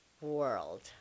world